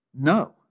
No